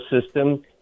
system